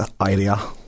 idea